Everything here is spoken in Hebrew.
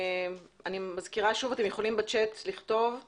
אני מזכירה שוב, אתם יכולים לכתוב בצ'ט